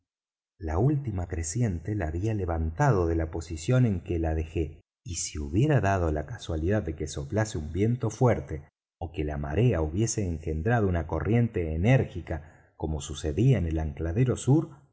la última creciente la había levantado de la posición en que la dejé y si hubiera dado la casualidad de que soplase un viento fuerte ó que la marea hubiese engendrado una corriente enérgica como sucedía en el ancladero sur